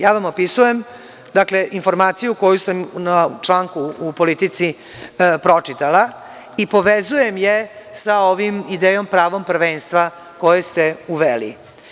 Ja vam opisujem informaciju koju sam videla u članku u „Politici“ i povezujem je sa idejom pravom prvenstva koju ste uveli.